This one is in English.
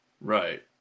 Right